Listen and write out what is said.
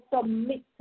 submit